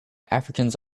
africans